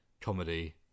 comedy